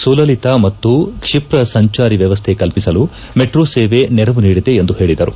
ಸುಲಲಿತ ಮತ್ತು ಕ್ಷಿಪ್ತ ಸಂಚಾರಿ ವ್ಯವಸ್ಥೆ ಕಲ್ಪಿಸಲು ಮೆಟ್ರೋ ಸೇವೆ ನೆರವು ನೀಡಿದೆ ಎಂದು ಹೇಳಿದರು